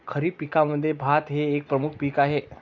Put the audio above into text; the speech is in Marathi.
खरीप पिकांमध्ये भात हे एक प्रमुख पीक आहे